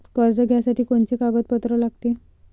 कर्ज घ्यासाठी कोनचे कागदपत्र लागते?